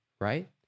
right